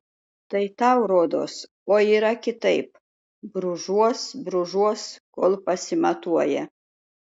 tai tau rodos o yra kitaip brūžuos brūžuos kol pasimatuoja